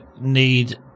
need